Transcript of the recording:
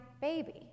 baby